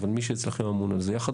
אבל מי שאצלכם אמון על זה יחד,